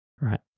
right